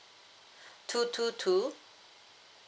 two two two